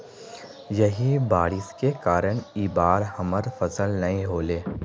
यही बारिश के कारण इ बार हमर फसल नय होले?